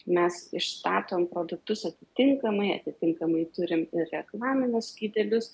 mes išstatom produktus atitinkamai atitinkamai turim ir reklaminius skydelius